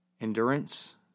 endurance